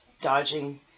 dodging